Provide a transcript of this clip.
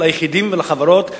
ליחידים ולחברות.